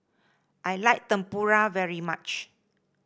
I like Tempura very much